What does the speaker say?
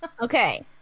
Okay